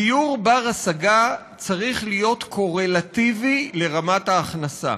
דיור בר-השגה צריך להיות קורלטיבי לרמת ההכנסה.